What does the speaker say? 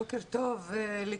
בוקר טוב לכולם,